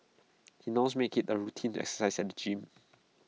he now makes IT A routine to exercise at the gym